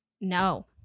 no